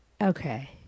okay